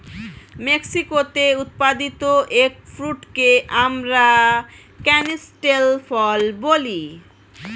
মেক্সিকোতে উৎপাদিত এগ ফ্রুটকে আমরা ক্যানিস্টেল ফল বলি